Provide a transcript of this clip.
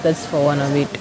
that's for one of it